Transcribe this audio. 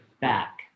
back